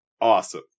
awesome